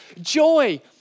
joy